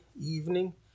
evening